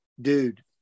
dude